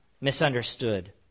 misunderstood